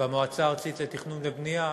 במועצה הארצית לתכנון ובנייה,